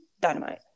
dynamite